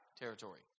territory